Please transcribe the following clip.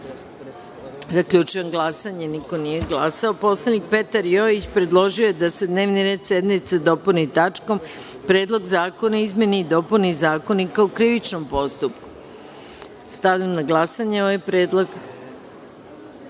predlog. Zaključujem glasanje: niko nije glasao. Poslanik Petar Jojić predložio je da se dnevni red sednice dopuni tačkom – Predlog zakona o izmeni i dopuni Zakonika o krivičnom postupku. Stavljam na glasanje ovaj